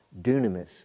dunamis